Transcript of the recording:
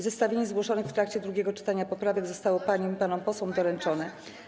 Zestawienie zgłoszonych w trakcie drugiego czytania poprawek zostało paniom i panom posłom doręczone.